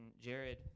Jared